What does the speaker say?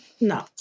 No